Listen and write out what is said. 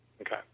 Okay